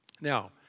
Now